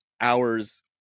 hours